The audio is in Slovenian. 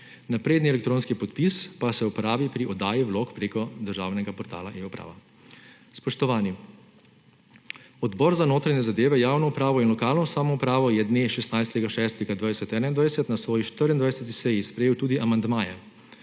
Napredni elektronski podpis pa se uporabi pri oddaji vlog prek državnega portala eUprava. Spoštovani, Odbor za notranje zadeve, javno upravo in lokalno samoupravo je dne 16. 6. 2021 na svoji 24. seji sprejel tudi amandmaje,